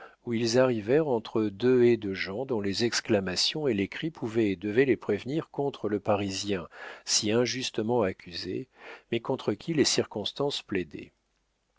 où ils arrivèrent entre deux haies de gens dont les exclamations et les cris pouvaient et devaient les prévenir contre le parisien si injustement accusé mais contre qui les circonstances plaidaient